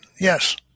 yes